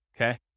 okay